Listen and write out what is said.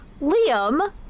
Liam